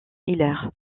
hilaire